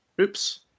Oops